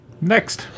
next